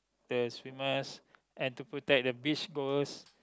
the swimmers and to protect the beach girls